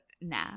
Nah